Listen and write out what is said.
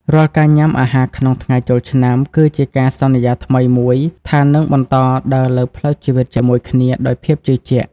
រាល់ការញ៉ាំអាហារក្នុងថ្ងៃចូលឆ្នាំ គឺជាការសន្យាថ្មីមួយថានឹងបន្តដើរលើផ្លូវជីវិតជាមួយគ្នាដោយភាពជឿជាក់។